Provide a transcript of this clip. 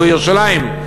בירושלים,